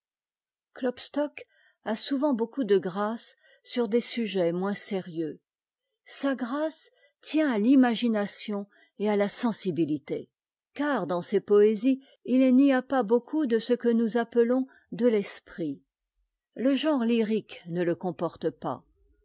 klopstock a sou vent beaucoup de grâce sur des sujets moins sérieux sa grâce tient à l'imagination et à la sensibilité car dans ses poésies il n'y a pas beaucoup de ce que nous appelons de l'esprit le genre lyrique ne le pas